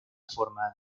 forma